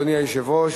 אדוני היושב-ראש,